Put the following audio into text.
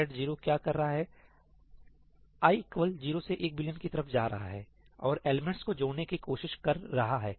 thread 0 क्या कर रहा है आई इक्वल 0 से 1 बिलियन की तरफ जा रहा है और एलिमेंट्स को जोड़ने की कोशिश कर रहा है